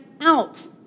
out